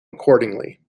accordingly